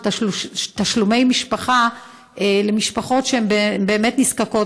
של תשלומי משפחה למשפחות שהן באמת נזקקות,